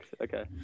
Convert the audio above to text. Okay